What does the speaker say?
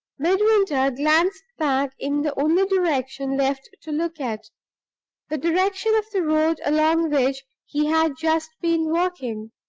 midwinter glanced back in the only direction left to look at the direction of the road along which he had just been walking.